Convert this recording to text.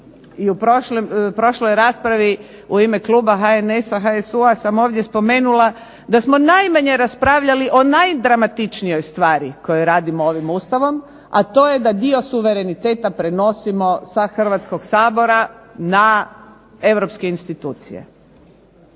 i u prošloj raspravi u ime Kluba HNS-a HSU-a sam ovdje spomenula da smo najmanje raspravljali o najdramatičnijoj stvari koju radimo ovim Ustavom, a to je da dio suvereniteta prenosimo sa Hrvatskog sabora na Europske institucije.